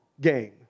game